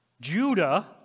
Judah